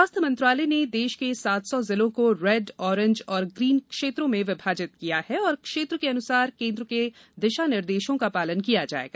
स्वास्थ्य मंत्रालय ने देश के सात सौ जिलों को रेड ओरेंज और ग्रीन क्षेत्रों में विभाजित किया है और क्षेत्र के अनुसार केन्द्र के दिशा निर्देशों का पालन किया जाएगा